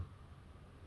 is drum stuff